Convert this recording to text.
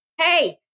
hey